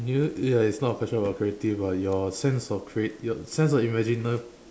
you you ya it's not a question about creative [what] your sense of creative your sense of imagina~